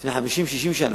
לפני 50 60 שנה,